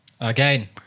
again